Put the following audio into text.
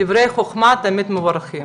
דברי חוכמה תמיד מבורכים.